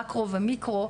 מקרו ומיקרו.